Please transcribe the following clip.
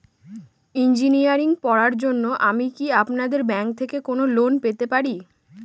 Engineering পড়ার জন্য আমি কি আপনাদের ব্যাঙ্ক থেকে কোন লোন পেতে পারি?